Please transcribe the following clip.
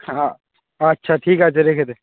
আচ্ছা ঠিক আছে রেখে দে